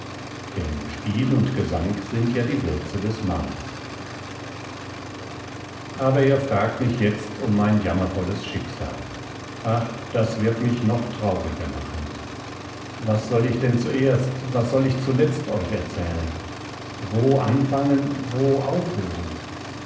denn spiel und gesang sind ja die würze des mahles aber ihr fragt mich jetzt um mein jammervolles schicksal ach das wird mich noch trauriger machen was soll ich doch zuerst was soll ich zuletzt euch erzählen wo anfangen wo aufhören